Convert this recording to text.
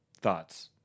Thoughts